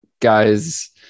guys